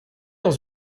dans